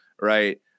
right